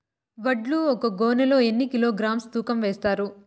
వడ్లు ఒక గోనె లో ఎన్ని కిలోగ్రామ్స్ తూకం వేస్తారు?